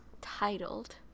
Titled